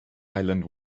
island